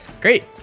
Great